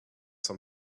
some